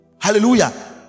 hallelujah